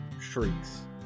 shrieks